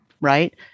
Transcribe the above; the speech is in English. right –